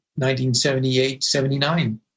1978-79